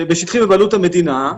בשטחים בבעלות המדינה,